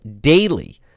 daily